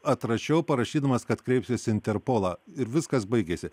atrašiau parašydamas kad kreipsiuos į interpolą ir viskas baigėsi